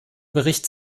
bericht